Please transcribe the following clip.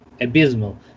abysmal